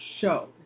Show